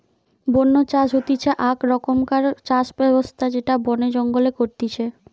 বন্য চাষ হতিছে আক রকমকার চাষ ব্যবস্থা যেটা বনে জঙ্গলে করতিছে